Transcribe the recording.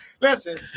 Listen